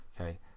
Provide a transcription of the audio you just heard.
Okay